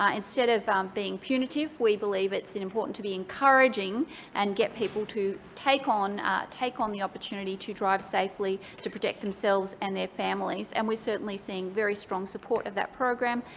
ah instead of um being punitive, we believe it's and important to be encouraging and get people to take on take on the opportunity to drive safely to protect themselves and their families. and we're certainly seeing very strong support of that program.